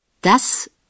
Das